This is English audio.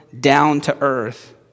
down-to-earth